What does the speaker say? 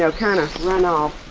so kind of runoff.